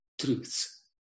truths